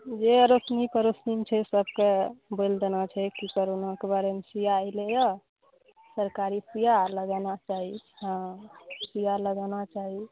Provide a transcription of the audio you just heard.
जे अड़ोसनी पड़ोसनी छै सबके बोलि देना छै कि करोनाके बारेमे सुइया अइलै यऽ सरकारी सुइया लगाना चाही हँ सुइया लगाना चाही